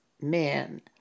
men